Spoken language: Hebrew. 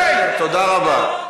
תודה רבה.